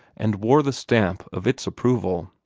and wore the stamp of its approval.